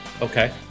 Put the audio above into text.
Okay